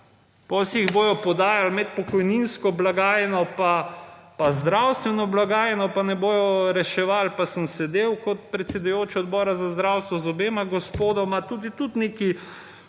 si jih bodo podajali med pokojninsko blagajno pa zdravstveno blagajno pa ne bodo reševali pa sem sedal kot predsedujoči Odbor za zdravstvo z obema gospodoma tudi tu